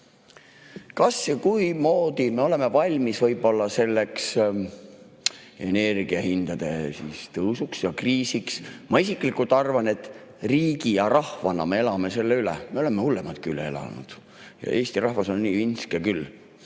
Kuidasmoodi me oleme valmis selleks energiahindade tõusuks ja kriisiks? Ma isiklikult arvan, et riigi ja rahvana me elame selle üle, me oleme hullematki üle elanud. Eesti rahvas on nii vintske küll,